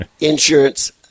insurance